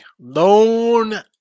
lone